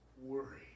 worry